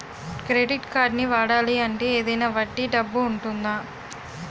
Credit కార్డ్ని వాడాలి అంటే ఏదైనా వడ్డీ డబ్బు ఉంటుందా?